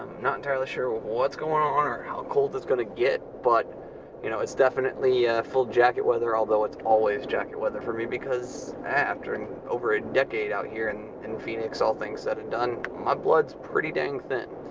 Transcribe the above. not entirely sure what's going on or how cold it's gonna get, but you know it's definitely full jacket weather, although it's always jacket weather for me because after over a decade out here in and phoenix, all things said and done, my blood's pretty dang thin.